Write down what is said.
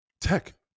tech